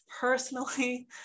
personally